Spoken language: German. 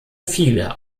viele